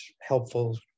helpful